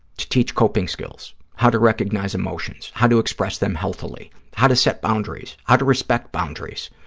to teach coping skills, how to recognize emotions, how to express them healthily, how to set boundaries, how to respect boundaries.